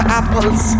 apples